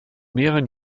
mehreren